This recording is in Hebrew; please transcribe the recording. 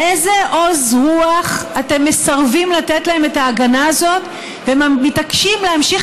באיזה עוז רוח אתם מסרבים לתת להם את ההגנה הזאת ומתעקשים להמשיך